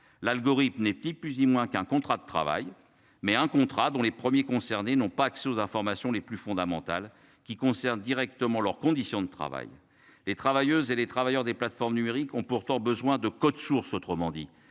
l'algorithme type Uzi moins qu'un contrat de travail mais un contrat, dont les premiers concernés n'ont pas accès aux informations les plus fondamentales qui concernent directement leurs conditions de travail. Les travailleuses et les travailleurs des plateformes numériques ont pourtant besoin de code source, autrement dit